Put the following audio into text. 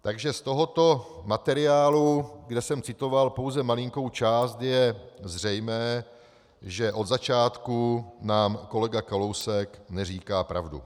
Takže z tohoto materiálu, kde jsem citoval pouze malinkou část, je zřejmé, že od začátku nám kolega Kalousek neříká pravdu.